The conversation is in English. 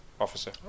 officer